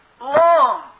long